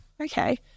okay